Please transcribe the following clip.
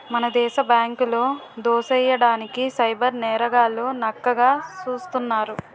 మన దేశ బ్యాంకులో దోసెయ్యడానికి సైబర్ నేరగాళ్లు నక్కల్లా సూస్తున్నారు